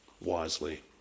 wisely